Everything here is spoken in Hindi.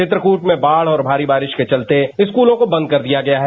चित्रकूट में बाढ़ और भारी बारिश के चलते स्कूलों को बंद कर दिया गया है